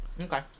Okay